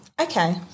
Okay